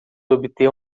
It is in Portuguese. obter